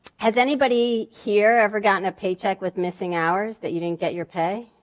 has anybody here ever gotten a paycheck with missing hours that you didn't get your pay?